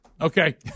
Okay